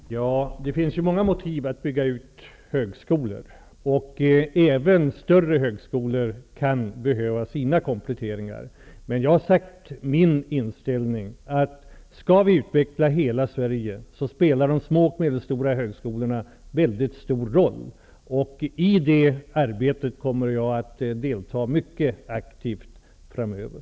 Herr talman! Det finns många motiv att bygga ut högskolor. Även stora högskolor kan behöva kompletteringar. Jag har redovisat min inställning: Skall vi utveckla hela Sverige, spelar de små och medelstora högskolorna en väldigt stor roll. I det arbetet kommer jag att delta mycket aktivt framöver.